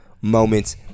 moments